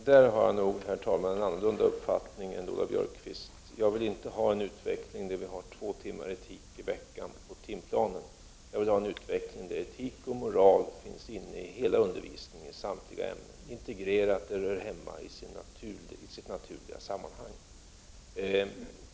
Herr talman! På den punkten har jag nog en annan uppfattning än Lola Björkquist. Jag vill inte ha en utveckling mot att vi har två timmars undervis ning i etik i veckan inlagd i timplanen. Jag vill att etik och moral skall finnas med i samtliga ämnen i sitt naturliga sammanhang.